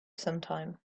sometime